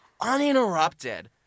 uninterrupted